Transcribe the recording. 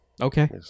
Okay